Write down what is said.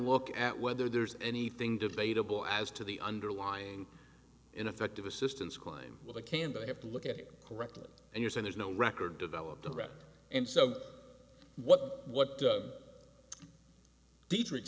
look at whether there's anything debatable as to the underlying ineffective assistance crime well they can but i have to look at it correctly and yours and there's no record developed a record and so what what dietrich